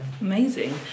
Amazing